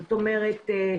זאת אומרת,